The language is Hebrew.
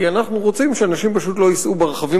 כי אנחנו רוצים שאנשים פשוט לא ייסעו ברכבים